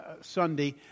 Sunday